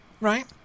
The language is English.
right